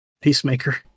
Peacemaker